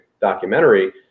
documentary